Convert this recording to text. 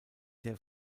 der